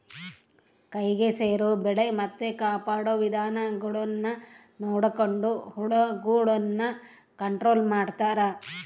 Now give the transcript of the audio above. ಕೈಗೆ ಸೇರೊ ಬೆಳೆ ಮತ್ತೆ ಕಾಪಾಡೊ ವಿಧಾನಗುಳ್ನ ನೊಡಕೊಂಡು ಹುಳಗುಳ್ನ ಕಂಟ್ರೊಲು ಮಾಡ್ತಾರಾ